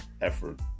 effort